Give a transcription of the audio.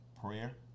prayer